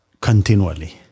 continually